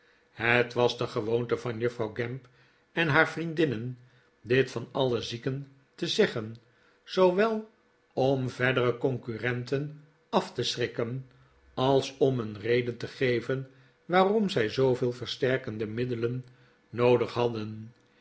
het was de gewoonte van juffrouw gamp en haar vriendinnen dit van alle zieken te zeggen zoowel om verdere concurrenten af te schrikken als om een reden te geven waarom zij zooveel versterkende middelen noodig hadden